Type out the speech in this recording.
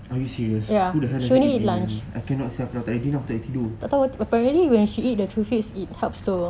are you serious who the hell skip dinner I cannot sia kalau tak dinner aku tak boleh tidur